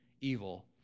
evil